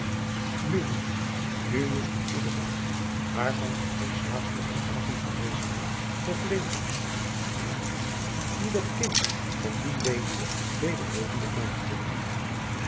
nu moeder nu moest die goede man waarvan gij ons laatst op een avond gelezen hebt nog leven die dat kind van die weduwe weder levendig maakte